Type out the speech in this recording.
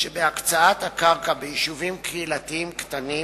שבהקצאת הקרקע ביישובים קהילתיים קטנים